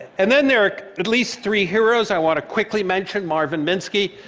and then there are at least three heroes i want to quickly mention. marvin minsky,